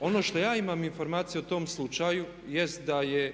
ono što ja imam informaciju o tom slučaju jest da je